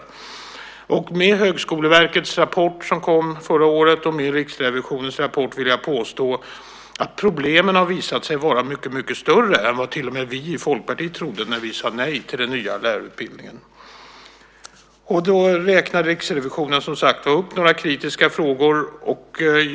I och med Högskoleverkets rapport, som kom förra året, och Riksrevisionens rapport vill jag påstå att problemen har visat sig vara mycket större än vad till och med vi i Folkpartiet trodde när vi sade nej till den nya lärarutbildningen. Riksrevisionen räknar, som sagt, upp några frågor där man är kritisk.